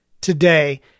today